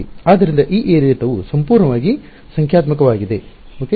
ಆದ್ದರಿಂದ ಈ ಏರಿಳಿತವು ಸಂಪೂರ್ಣವಾಗಿ ಸಂಖ್ಯಾತ್ಮಕವಾಗಿದೆ ಏಕೆ